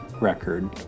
record